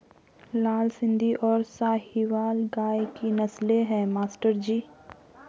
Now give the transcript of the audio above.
लाल सिंधी और साहिवाल गाय की नस्लें हैं मास्टर जी